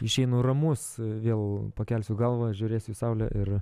išeinu ramus vėl pakelsiu galvą žiūrėsiu į saulę ir